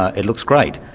ah it looks great.